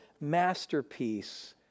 masterpiece